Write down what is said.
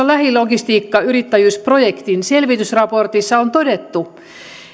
lähilogistiikkayrittäjyysprojektin selvitysraportissa on todettu